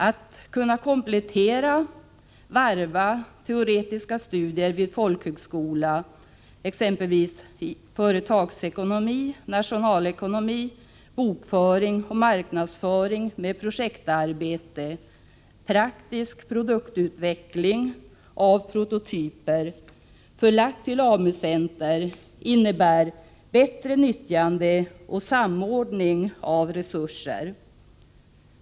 Att kunna komplettera och varva teoretiska studier vid folkhögskola — exempelvis i företagsekonomi, nationalekonomi, bokföring och marknadsföring — med projektarbete i form av praktisk produktutveckling av prototyper, förlagt till AMU-centra, innebär bättre nyttjande och samordning av resurser.